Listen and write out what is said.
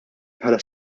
bħala